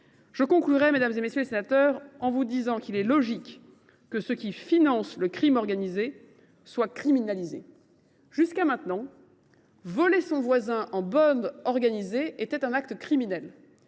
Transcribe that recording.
Je conclurai, mesdames, messieurs les sénateurs, en vous disant qu’il est logique que ceux qui financent le crime organisé soient criminalisés. Jusqu’à maintenant, voler son voisin en bande organisée était un acte criminel,